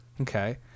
Okay